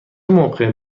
موقع